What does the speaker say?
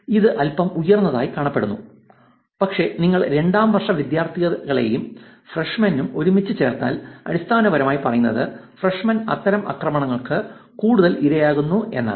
ഇത് അൽപ്പം ഉയർന്നതായി കാണപ്പെടുന്നു പക്ഷേ നിങ്ങൾ രണ്ടാം വർഷ വിദ്യാർത്ഥികളെയും ഫ്രഷ്മെൻ യും ഒരുമിച്ച് ചേർത്താൽ അടിസ്ഥാനപരമായി പറയുന്നത് ഫ്രഷ്മെൻ അത്തരം ആക്രമണങ്ങൾക്ക് കൂടുതൽ ഇരയാകുന്നു എന്നാണ്